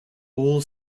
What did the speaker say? all